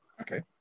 okay